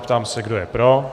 Ptám se, kdo je pro.